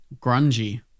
Grungy